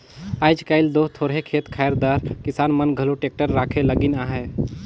आएज काएल दो थोरहे खेत खाएर दार किसान मन घलो टेक्टर राखे लगिन अहे